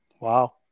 Wow